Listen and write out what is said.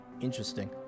Interesting